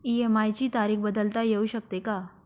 EMI ची तारीख बदलता येऊ शकते का?